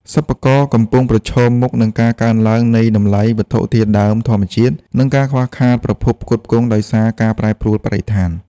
សិប្បករកំពុងប្រឈមមុខនឹងការកើនឡើងនៃតម្លៃវត្ថុធាតុដើមធម្មជាតិ និងការខ្វះខាតប្រភពផ្គត់ផ្គង់ដោយសារការប្រែប្រួលបរិស្ថាន។